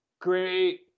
great